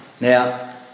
Now